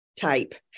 type